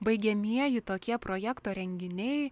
baigiamieji tokie projekto renginiai